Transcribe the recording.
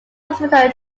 hospital